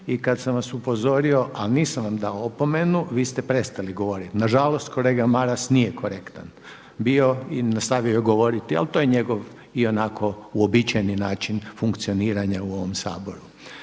i kad sam vas upozorio, a nisam vam dao opomenu vi ste prestali govoriti. Na žalost kolega Maras nije korektan bio i nastavio je govoriti, ali to je njegov ionako uobičajeni način funkcioniranja u ovom Saboru.